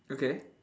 okay